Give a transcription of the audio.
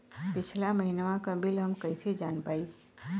पिछला महिनवा क बिल हम कईसे जान पाइब?